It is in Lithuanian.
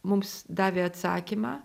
mums davė atsakymą